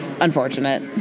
unfortunate